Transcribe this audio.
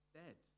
dead